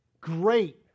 great